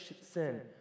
sin